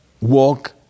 walk